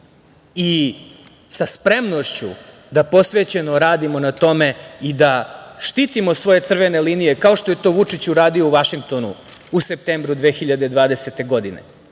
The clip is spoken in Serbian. i sa spremnošću da posvećeno radimo na tome i da štitimo svoje crvene linije kao što je to Vučić uradio u Vašingtonu u septembru 2020. godine